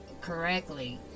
correctly